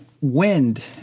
wind